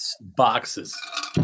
boxes